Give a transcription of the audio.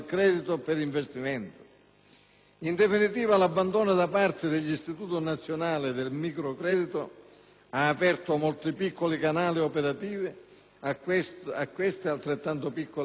In definitiva, l'abbandono da parte degli istituti nazionali del micro-credito ha aperto molti piccoli canali operativi a queste altrettanto piccole realtà creditizie.